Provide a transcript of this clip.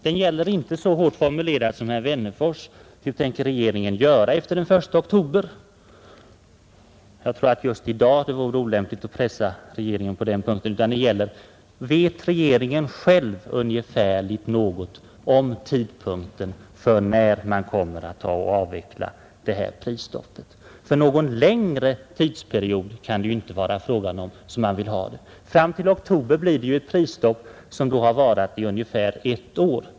Den är inte så hårt formulerad som herr Wennerfors” fråga hur regeringen tänker göra efter den 1 oktober. Jag tror att det just i dag vore olämpligt att pressa regeringen på den punkten. Min fråga lyder i stället: Vet regeringen själv något om den ungefärliga tidpunkten för när prisstoppet kommer att avvecklas? Någon längre tidsperiod kan det ju inte vara fråga om. Fram till oktober kommer vi att ha ett prisstopp. Det har då varat i ungefär ett år.